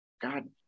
god